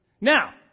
Now